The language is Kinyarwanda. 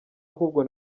ahubwo